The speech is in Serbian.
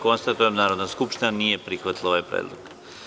Konstatujem da Narodna skupština nije prihvatila ovaj predlog.